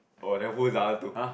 oh then who's the other two